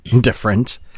different